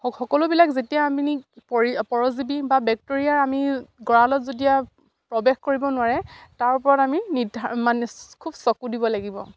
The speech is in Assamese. সকলোবিলাক যেতিয়া আমি পৰজীৱী বা বেক্টেৰীয়াৰ আমি গঁৰালত যেতিয়া প্ৰৱেশ কৰিব নোৱাৰে তাৰ ওপৰত আমি মানে খুব চকু দিব লাগিব